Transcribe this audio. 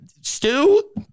stew